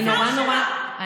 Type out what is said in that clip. אני נורא שמחה.